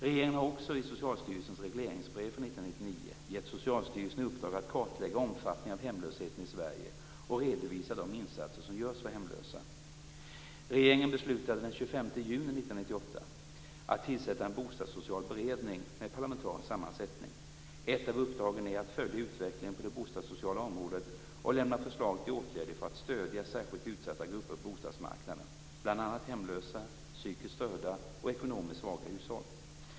Regeringen har också i Socialstyrelsens regleringsbrev för 1999 gett Socialstyrelsen i uppdrag att kartlägga omfattningen av hemlösheten i Sverige och redovisa de insatser som görs för hemlösa. Regeringen beslutade den 25 juni 1998 att tillsätta en bostadssocial beredning med parlamentarisk sammansättning. Ett av uppdragen är att följa utvecklingen på det bostadssociala området och lämna förslag till åtgärder för att stödja särskilt utsatta grupper på bostadsmarknaden, bl.a. hemlösa, psykiskt störda och ekonomiskt svaga hushåll.